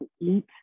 eat